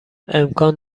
امکان